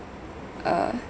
uh